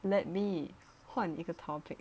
let me 换一个 topic